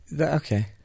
okay